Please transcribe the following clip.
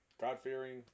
God-fearing